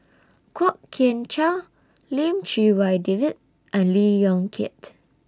Kwok Kian Chow Lim Chee Wai David and Lee Yong Kiat